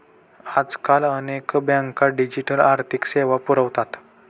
आजकाल अनेक बँका डिजिटल आर्थिक सेवा पुरवतात